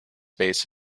base